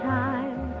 time